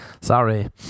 Sorry